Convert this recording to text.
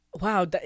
wow